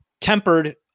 tempered